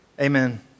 Amen